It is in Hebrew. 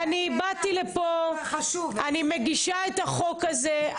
אני באתי לפה, אני מגישה את החוק הזה.